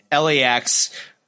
LAX